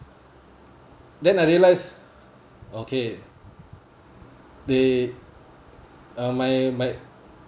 then I realise okay they uh might might